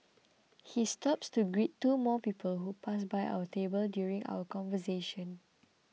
he stops to greet two more people who pass by our table during our conversation